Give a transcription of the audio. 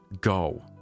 go